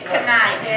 Tonight